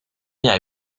jij